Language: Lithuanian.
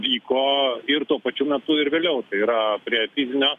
vyko ir tuo pačiu metu ir vėliau tai yra prie fizinio